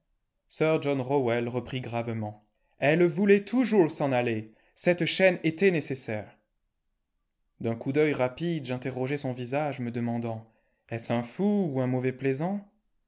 rowell reprit gravement elle voulé toujours s'en aller cette chaîne été nécessaire d'un coup d'œil rapide j'interrogeai son visage me demandant est-ce un fou ou un mauvais plaisant